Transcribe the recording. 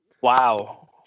Wow